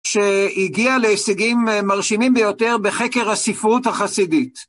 שהגיע להישגים מרשימים ביותר בחקר הספרות החסידית.